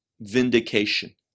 vindication